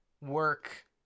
work